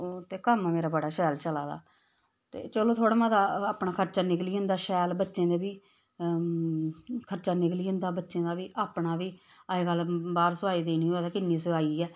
होर ते कम्म मेरा बड़ा शैल चलादा ते चलो थोह्ड़ा मता अपना खर्चा निकली जंदा शैल बच्चें दा बी खर्चा निकली जंदा बच्चें दा बी अपना बी अज्जकल बाह्र सोआई देनी होए ते कि'न्नी सोआई ऐ